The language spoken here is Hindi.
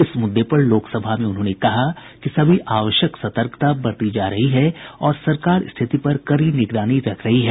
इस मुद्दे पर लोकसभा में उन्होंने कहा कि सभी आवश्यक सतर्कता बरती जा रही है और सरकार स्थिति पर कड़ी निगरानी रख रही है